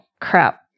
Crap